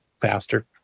faster